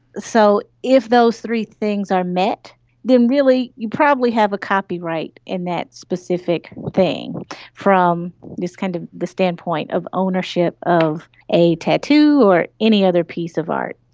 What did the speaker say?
so if those three things are met then really you probably have a copyright in that specific thing from kind of the standpoint of ownership of a tattoo or any other piece of art.